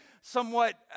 somewhat